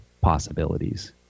possibilities